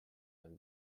vingt